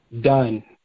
done